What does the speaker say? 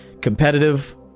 Competitive